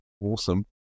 awesome